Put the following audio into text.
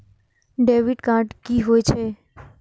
Debit card की होय छे?